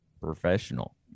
professional